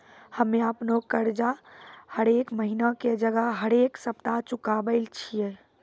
हम्मे अपनो कर्जा हरेक महिना के जगह हरेक सप्ताह चुकाबै छियै